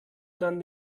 dann